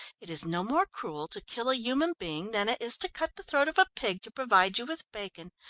it is no more cruel to kill a human being than it is to cut the throat of a pig to provide you with bacon.